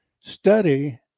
Study